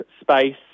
space